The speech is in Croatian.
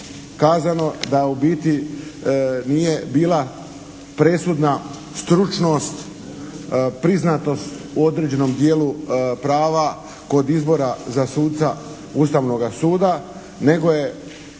kazano da u biti nije bila presudna stručnost, priznatost u određenom dijelu prava kod izbora za suca Ustavnoga suda, nego je